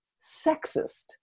sexist